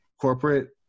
corporate